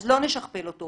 אז לא נשכפל אותו.